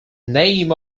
name